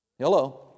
Hello